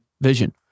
vision